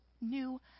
new